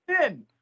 thin